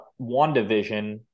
wandavision